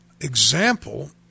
example